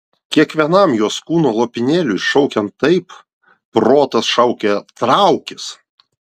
kiekvienam jos kūno lopinėliui šaukiant taip protas šaukė traukis